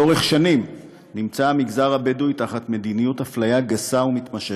לאורך שנים נמצא המגזר הבדואי תחת מדיניות אפליה גסה ומתמשכת,